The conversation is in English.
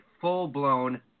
full-blown